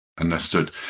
Understood